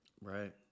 Right